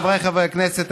חבריי חברי הכנסת,